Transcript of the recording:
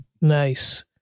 Nice